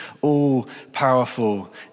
all-powerful